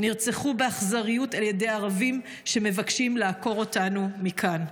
נרצחו באכזריות על ידי ערבים שמבקשים לעקור אותנו מכאן.